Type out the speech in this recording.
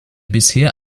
bisher